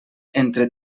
entre